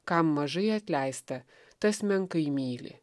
kam mažai atleista tas menkai myli